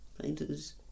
Painters